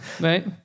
right